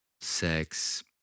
sex